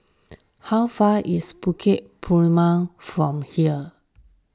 how far is Bukit Purmei from here